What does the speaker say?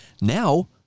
Now